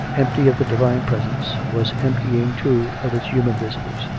empty of the divine presence, was emptying, too, of its human visitors.